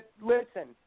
Listen